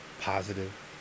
positive